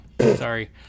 sorry